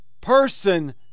person